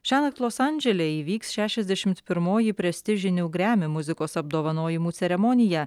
šiąnakt los andžele įvyks šešiasdešimt pirmoji prestižinių gremi muzikos apdovanojimų ceremonija